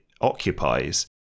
occupies